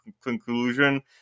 conclusion